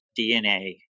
DNA